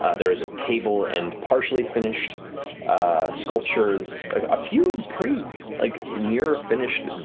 ah there is a table and partially finished sculptures, a few pretty like near finished,